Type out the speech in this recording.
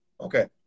okay